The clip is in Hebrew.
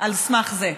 על סמך זה.